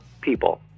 people